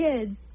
kids